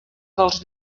dels